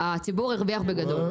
הציבור הרוויח בגדול.